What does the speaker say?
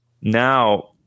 Now